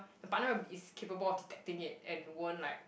the partner is capable of detecting it and won't like